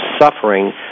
suffering